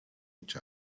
each